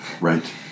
Right